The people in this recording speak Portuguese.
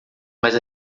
mas